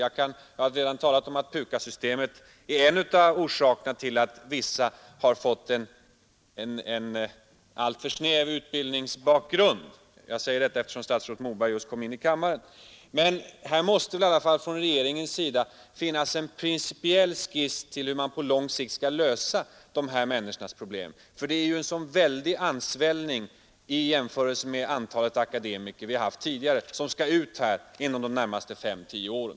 Jag har redan talat om att PUKAS-systemet är en av orsakerna till att vissa personer har fått en alltför snäv utbildningsbakgrund — jag säger detta eftersom statsrådet Moberg just kom in i kammaren. Men här måste väl ändå regeringen ha en principiell skiss till hur man på lång sikt skall lösa de här människornas problem, för det är ju en sådan väldig ansvällning av antalet akademiker i förhållande till det antal vi haft tidigare som skall ut på arbetsmarknaden inom de närmaste fem-tio åren.